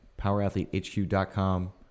powerathletehq.com